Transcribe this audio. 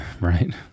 right